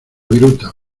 virutas